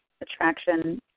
attraction